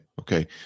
Okay